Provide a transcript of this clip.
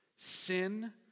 Sin